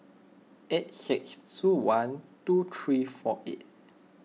eight six two one two three four eight